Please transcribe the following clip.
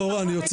אורה,